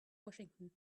washington